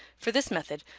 for this method,